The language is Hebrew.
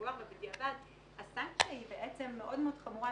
מוגבר ובדיעבד הסנקציה היא בעצם מאוד מאוד חמורה,